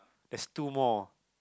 there's two more